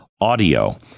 audio